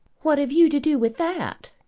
what have you to do with that?